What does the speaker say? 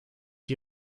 die